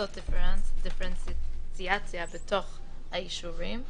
לעשות דיפרנציאציה באישורים.